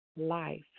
life